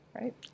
right